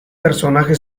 personaje